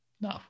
No